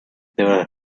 there